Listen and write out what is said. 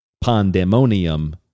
Pandemonium